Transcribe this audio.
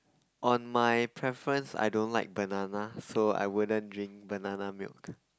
on my preference I don't like banana so I wouldn't drink banana milk